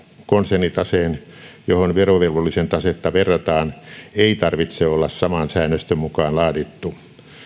konsernitaseen johon verovelvollisen tasetta verrataan ei tarvitse olla saman säännöstön mukaan laadittu